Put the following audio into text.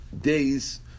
days